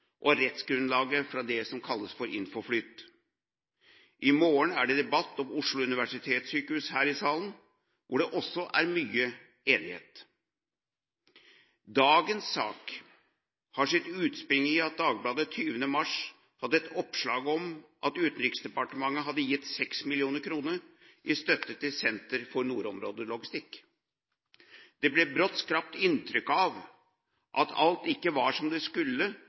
og rettsgrunnlaget for det som kalles for INFOFLYT. I morgen er det debatt om Oslo universitetssykehus her i salen – hvor det også er mye enighet. Dagens sak har sitt utspring i at Dagbladet 20. mars hadde et oppslag om at Utenriksdepartementet hadde gitt 6 mill. kr i støtte til Senter for nordområdelogistikk. Det ble brått skapt inntrykk av at alt ikke var som det skulle